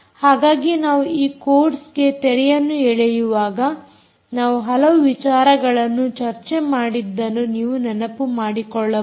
ಹಾಗಾಗಿ ನಾವು ಈ ಕೋರ್ಸ್ ಗೆ ತೆರೆಯನ್ನು ಎಳೆಯುವಾಗ ನಾವು ಹಲವು ವಿಚಾರಗಳನ್ನು ಚರ್ಚೆ ಮಾಡಿದ್ದನ್ನು ನೀವು ನೆನಪು ಮಾಡಿಕೊಳ್ಳಬಹುದು